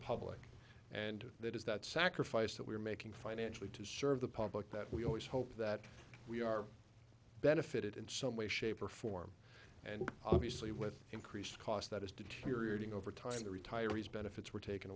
public and that is that sacrifice that we are making financially to serve the public that we always hope that we are benefited in some way shape or form and obviously with increased cost that is deteriorating over time the retirees benefits were taken